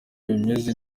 bimeze